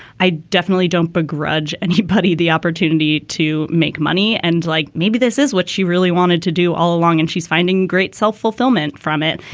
i definitely don't begrudge and any buddy the opportunity to make money. and like maybe this is what she really wanted to do all along and she's finding great self-fulfillment from it.